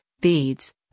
beads